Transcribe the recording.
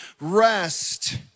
rest